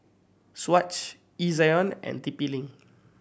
Swatch Ezion and T P Link